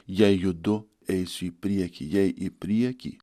jei judu eisiu į priekį jei į priekį